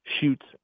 shoots